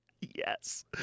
Yes